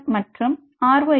R மற்றும் R